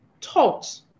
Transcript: taught